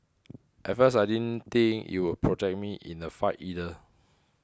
at first I didn't think it would protect me in a fight either